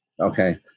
okay